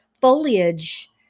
foliage